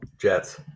Jets